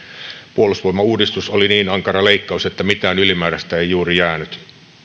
puolustusvoimauudistus oli niin ankara leikkaus että mitään ylimääräistä ei juuri jäänyt